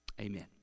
Amen